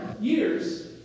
years